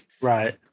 right